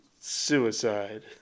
Suicide